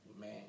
man